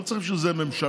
לא צריך בשביל זה ממשלה.